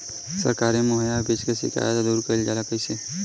सरकारी मुहैया बीज के शिकायत दूर कईल जाला कईसे?